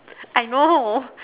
I know